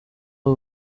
aba